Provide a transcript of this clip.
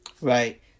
Right